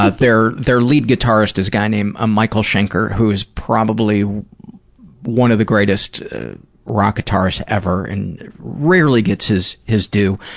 ah their their lead guitarist is a guy named ah michael schenker, who is probably one of the greatest rock guitarists ever and rarely gets his his due,